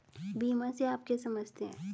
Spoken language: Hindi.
बीमा से आप क्या समझते हैं?